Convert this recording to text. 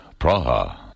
Praha